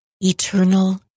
eternal